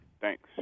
Thanks